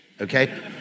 Okay